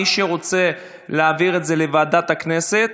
מי שרוצה להעביר את זה לוועדת הכנסת,